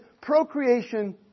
procreation